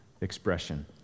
expression